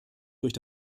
durch